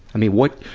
i mean, what,